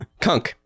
kunk